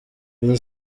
will